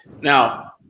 Now